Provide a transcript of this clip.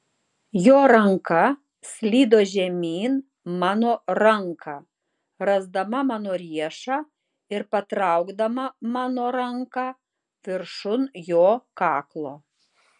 jo ranka slydo žemyn mano ranką rasdama mano riešą ir patraukdama mano ranką viršun jo kaklo